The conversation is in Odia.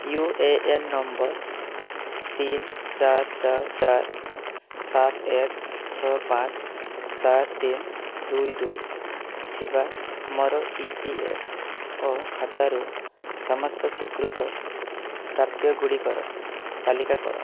ୟୁ ଏ ଏନ୍ ନମ୍ବର୍ ତିନ ଚାରି ଚାରି ଚାରି ସାତ ଏକ ଛଅ ପାଞ୍ଚ ଚାରି ତିନି ଦୁଇ ଦୁଇ ଥିବା ମୋର ଇ ପି ଏଫ୍ ଓ ଖାତାରୁ ସମସ୍ତ ସ୍ଵୀକୃତ ପ୍ରାପ୍ୟଗୁଡ଼ିକର ତାଲିକା କର